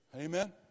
Amen